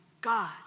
God